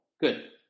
Good